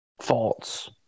false